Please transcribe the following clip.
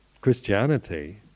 Christianity